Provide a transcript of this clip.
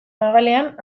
magalean